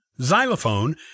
xylophone